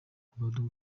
kuva